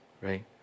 right